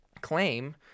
claim